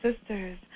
sisters